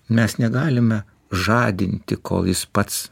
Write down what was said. mes negalime žadinti kol jis pats